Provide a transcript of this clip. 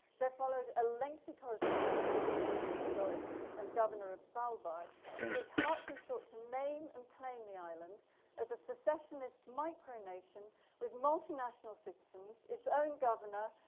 there followed a lengthy correspondence with the norwegian authorities and governor of svalbard in which hartley sought to name and the island as a secessionist micronation with multinational citizens, its own governor,